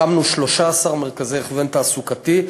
הקמנו 13 מרכזי הכוון תעסוקתי.